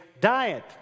diet